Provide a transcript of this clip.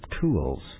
tools